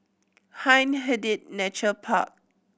Hindhede Nature Park